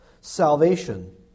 salvation